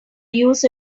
use